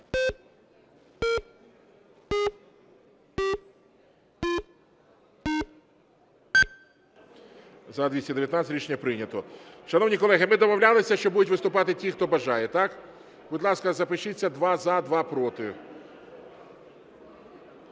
За-219 Рішення прийнято. Шановні колеги, ми домовлялися, що будуть виступати ті, хто бажає. Так? Будь ласка, запишіться: два – за, два – проти.